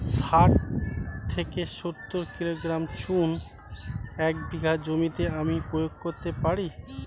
শাঠ থেকে সত্তর কিলোগ্রাম চুন এক বিঘা জমিতে আমি প্রয়োগ করতে পারি?